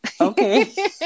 Okay